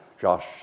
Josh